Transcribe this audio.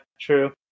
true